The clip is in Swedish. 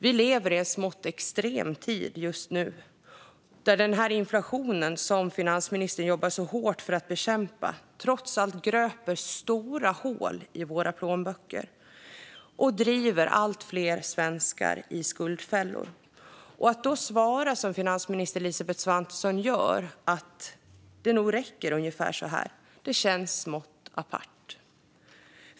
Vi lever just nu i en smått extrem tid. Den där inflationen, som finansministern jobbar hårt för att bekämpa, gröper trots allt stora hål i våra plånböcker och driver allt fler svenskar in i skuldfällor. Att då svara som finansminister Elisabeth Svantesson gör - att det nog räcker ungefär så här - känns smått apart.